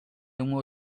uno